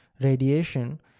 radiation